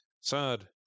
Sad